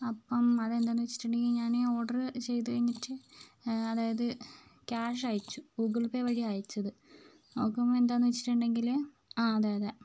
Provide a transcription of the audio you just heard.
അപ്പോൾ അതെന്താന്നു വെച്ചിട്ടുണ്ടെങ്കിൽ ഞാന് ഓർഡർ ചെയ്ത് കഴിഞ്ഞിട്ട് അതായത് ക്യാഷ് അയച്ചു ഗൂഗിൾ പേ വഴിയാണ് അയച്ചത് നോക്കുമ്പോൾ എന്താന്നു വച്ചിട്ടുണ്ടെങ്കില് ആ അതെ അതെ